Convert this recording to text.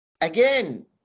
Again